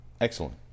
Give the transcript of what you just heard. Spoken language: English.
Excellent